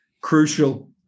crucial